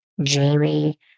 Jamie